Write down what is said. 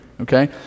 okay